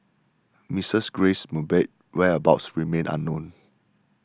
Mrs Grace Mugabe's whereabouts remain unknown